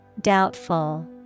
Doubtful